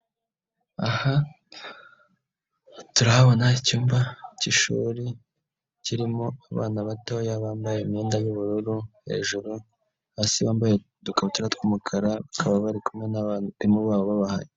Aha turahabona icyumba cy'ishuri, kirimo abana batoya bambaye imyenda y'ububururu hejuru, hasi bambaye udukabutura tw'umukara, bakaba bari kumwe n'abarimu babo bahari.